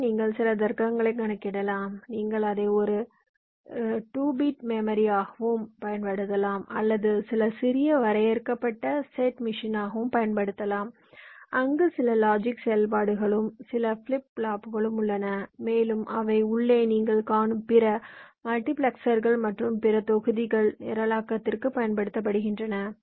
எனவே நீங்கள் சில தர்க்கங்களை கணக்கிடலாம் நீங்கள் அதை ஒரு 2 பிட் மெமரியாகவும் பயன்படுத்தலாம் அல்லது சில சிறிய வரையறுக்கப்பட்ட செட் மெஷினாகவும் பயன்படுத்தலாம் அங்கு சில லாஜிக் செயல்பாடுகளும் சில ஃபிளிப் ஃப்ளாப்புகளும் உள்ளன மேலும் அவை உள்ளே நீங்கள் காணும் பிற மல்டிபிளெக்சர்கள் மற்றும் பிற தொகுதிகள் நிரலாக்கத்திற்கு பயன்படுத்தப்படுகின்றன